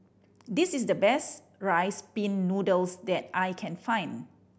this is the best Rice Pin Noodles that I can find